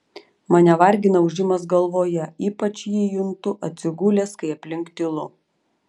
mane vargina ūžimas galvoje ypač jį juntu atsigulęs kai aplink tylu